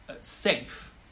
safe